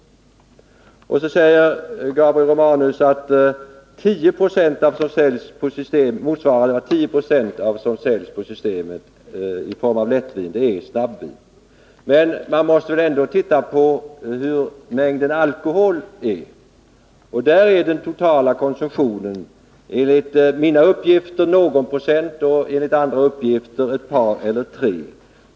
Gabriel Romanus säger att tillverkningen av snabbvin motsvarar 10 96 av vad som säljs i form av lättvin på Systemet. Men man måste väl ändå se på mängden alkohol. Då blir den totala konsumtionen enligt mina uppgifter någon procent och enligt andra uppgifter ett par eller tre procent.